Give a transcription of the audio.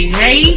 hey